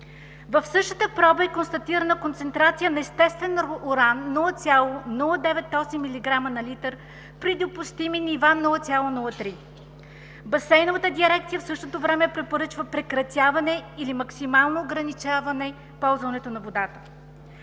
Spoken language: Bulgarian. В същата проба е констатирана концентрация на естествен уран 0,098 милиграма на литър при допустими нива 0,03. Басейновата дирекция в същото време препоръчва прекратяване или максимално ограничаване ползването на водата.